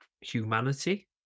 Humanity